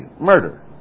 murder